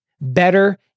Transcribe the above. Better